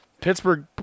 Pittsburgh